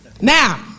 Now